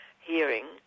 hearing